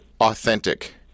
authentic